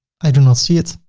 i do not see it,